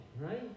right